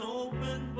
open